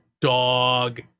dog